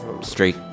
straight